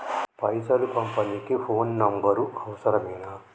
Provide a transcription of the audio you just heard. పైసలు పంపనీకి phone number అవసరమేనా?